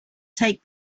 take